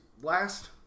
last